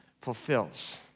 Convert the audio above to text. fulfills